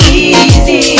easy